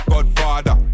Godfather